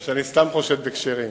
או שאני סתם חושד בכשרים.